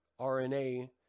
rna